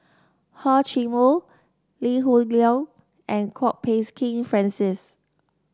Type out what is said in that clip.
Hor Chim Or Lee Hoon Leong and Kwok Peng Kin Francis